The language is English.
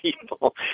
people